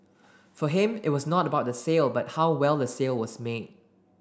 for him it was not about the sale but how well the sale was made